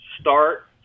start